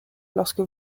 lorsque